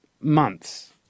months